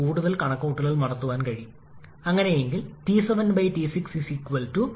അതിനാൽ നമുക്ക് എങ്ങനെ ക്വിൻ ലഭിക്കും ക്വിൻ പ്രോസസ് 2 3 ആയ താപ സങ്കലന പ്രക്രിയയുമായി യോജിക്കുന്നു ഈ ജ്വലന പ്രക്രിയയിൽ സിപി 1